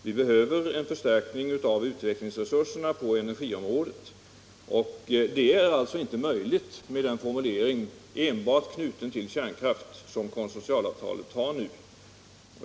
Det behövs en förstärkning av utvecklingsresurserna på energiområdet, men detta är inte möjligt med den formulering, enbart knuten till kärnkraft, som det nu gällande konsortialavtalet har.